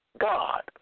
God